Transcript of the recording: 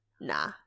nah